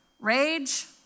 rage